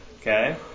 Okay